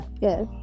Yes